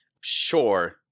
Sure